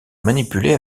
manipulé